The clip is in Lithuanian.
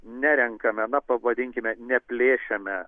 nerenkame na pavadinkime neplėšiame